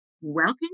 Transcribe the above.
Welcome